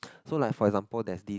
so like for example there's this